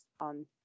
on